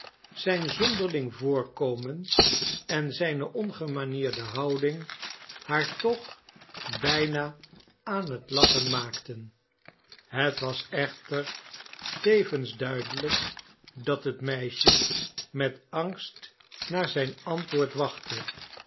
zijn zonderling voorkomen en zijne ongemanierde houding haar toch bijna aan het lachen maakten het was echter tevens duidelijk dat het meisje met angst naar zijn antwoord wachtte